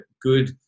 good